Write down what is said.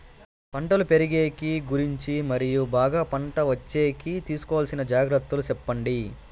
పంటలు పెరిగేకి గురించి మరియు బాగా పంట వచ్చేకి తీసుకోవాల్సిన జాగ్రత్త లు సెప్పండి?